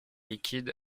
liquide